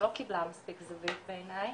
שלא קיבלה מספיק זווית בעיניי,